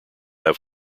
have